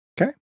okay